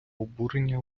обурення